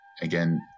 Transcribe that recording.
Again